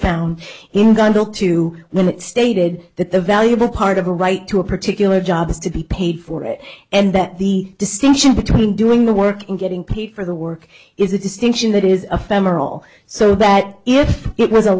found in gun bill to limit stated that the value of a part of a right to a particular job is to be paid for it and that the distinction between doing the work and getting paid for the work is a distinction that is a femoral so that if it was